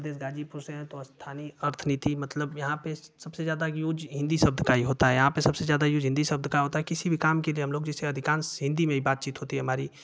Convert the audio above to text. गाजीपुर से हैं तो स्थानीय अर्थ नीति मतलब यहाँ पर सबसे ज़्यादा यूज़ हिन्दी शब्द का ही होता है यहाँ पर सबसे ज़्यादा यूज़ हिन्दी शब्द का होता है किसी भी काम के लिये हम लोग जैसे अधिकांश हिन्दी में ही बात चित होती है हमारी